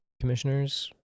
commissioners